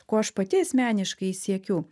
ko aš pati asmeniškai siekiu